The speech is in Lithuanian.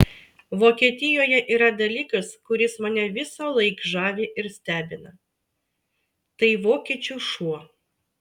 vokietijoje yra dalykas kuris mane visąlaik žavi ir stebina tai vokiečių šuo